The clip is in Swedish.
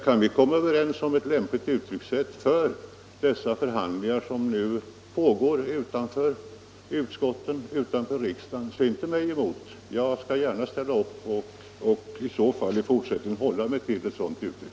Kan vi komma överens om ett lämpligt uttryck för de förhandlingar som pågår utanför utskotten och utanför riksdagen så inte mig emot. Jag skall gärna ställa upp och i så fall i fortsättningen hålla mig till ett sådant uttryck.